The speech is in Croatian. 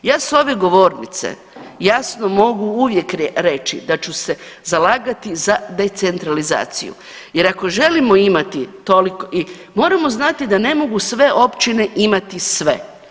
Ja s ove govornice jasno mogu uvijek reći da ću se zalagati za decentralizaciju jer ako želimo imati toliko i moramo znati da ne mogu sve općine imati sve.